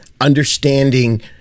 understanding